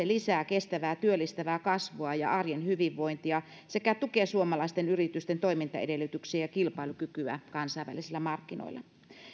lisää kestävää työllistävää kasvua ja arjen hyvinvointia sekä tukee suomalaisten yritysten toimintaedellytyksiä ja kilpailukykyä kansainvälisillä markkinoilla